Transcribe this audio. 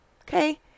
Okay